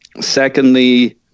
secondly